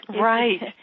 right